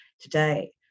today